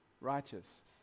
righteous